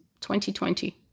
2020